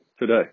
today